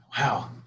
wow